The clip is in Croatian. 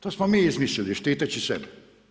To smo mi izmislili štiteći sebe.